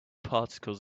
particles